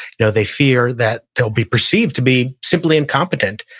you know they fear that they'll be perceived to be simply incompetent.